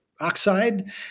oxide